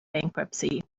bankruptcy